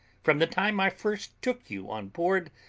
from the time i first took you on board,